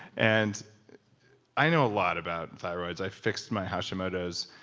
and i know a lot about thyroids, i fixed my hashimoto's,